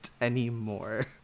anymore